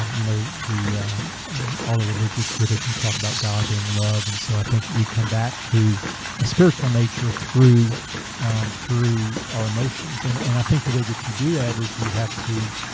um you know all the religious traditions talk about god being love, and so i think we come back to a spiritual nature through um through our emotions and and i think the way that you do that is you have to